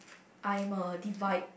I'm a divide